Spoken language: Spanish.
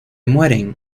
mueren